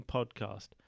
Podcast